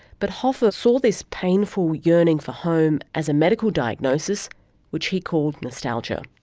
but hoffa saw this painful yearning for home as a medical diagnosis which he called nostalgia.